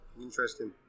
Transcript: interesting